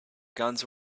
guns